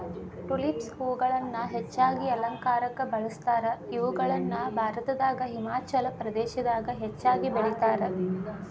tulips ಹೂಗಳನ್ನ ಹೆಚ್ಚಾಗಿ ಅಲಂಕಾರಕ್ಕ ಬಳಸ್ತಾರ, ಇವುಗಳನ್ನ ಭಾರತದಾಗ ಹಿಮಾಚಲ ಪ್ರದೇಶದಾಗ ಹೆಚ್ಚಾಗಿ ಬೆಳೇತಾರ